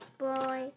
boy